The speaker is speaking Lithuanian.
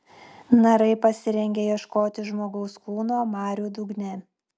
narai pasirengę ieškoti žmogaus kūno marių dugne